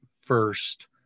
first